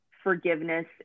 forgiveness